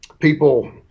people